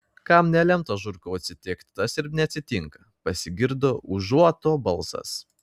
kam nelemta žurkau atsitikt tas ir neatsitinka pasigirdo užuoto balsas